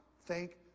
thank